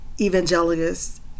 evangelists